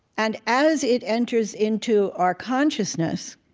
and as it enters into our consciousness,